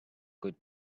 good